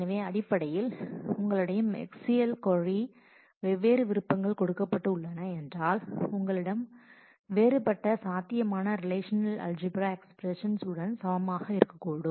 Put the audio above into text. எனவே அடிப்படையில் உங்களிடம் SQL கொர்ரியில் வெவ்வேறு விருப்பங்கள் கொடுக்கப்பட்ட உள்ளன என்றால் உங்களிடம் வேறுபட்ட சாத்தியமான ரிலேஷநல் அல்ஜிபிரா எஸ்பிரஸன் உடன் சமமாக இருக்கக்கூடும்